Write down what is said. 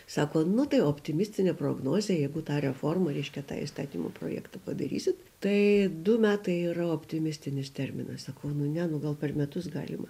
sako nu tai optimistinė prognozė jeigu tą reformą reiškia tą įstatymo projektą padarysit tai du metai yra optimistinis terminas sakau nu ne nu gal per metus galima